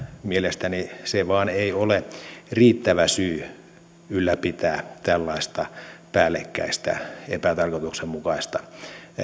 mielestäni se vain ei ole riittävä syy ylläpitää tällaista päällekkäistä epätarkoituksenmukaista